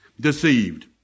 deceived